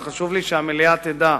וחשוב לי שהמליאה תדע.